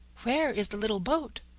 where is the little boat?